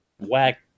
whack